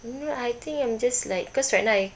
mm I think I'm just like cause right now I